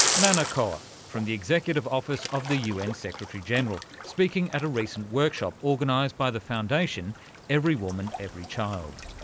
nana kuo from the executive office of the un secretary general, speaking at a recent workshop organised by the foundation foundation every woman every child.